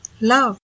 love